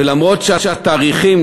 ולמרות שהתאריכים,